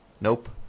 Nope